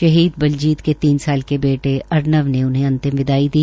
शहीद बलजीत के तीन साल के बेटे अर्णव ने उन्हें अंतिम विदाई दी